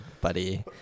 buddy